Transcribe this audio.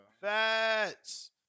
Fats